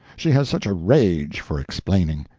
she has such a rage for explaining.